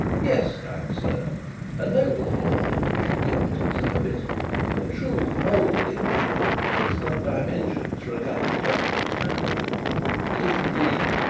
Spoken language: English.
yes, kind sir a noble hall, if you will but observe it a true old english hall of excellent dimensions for a country gentleman's family but, if you please,